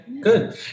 Good